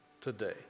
Today